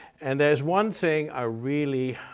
and there is one thing i really,